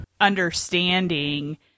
understanding